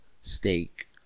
Steak